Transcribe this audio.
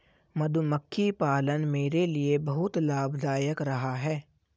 मधुमक्खी पालन मेरे लिए बहुत लाभदायक रहा है